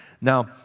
Now